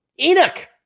Enoch